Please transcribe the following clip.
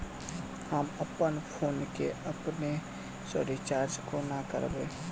हम अप्पन फोन केँ अपने सँ रिचार्ज कोना करबै?